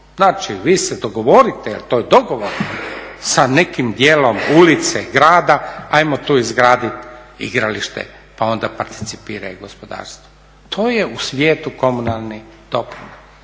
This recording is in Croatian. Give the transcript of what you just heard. Znači vi se dogovorite jer to je dogovor sa nekim dijelom ulice, grada, ajmo tu izgraditi igralište pa onda participira i gospodarstvo. To je u svijetu komunalni doprinos,